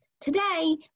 today